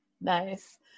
Nice